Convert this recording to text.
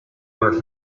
were